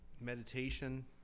Meditation